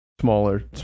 smaller